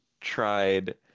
tried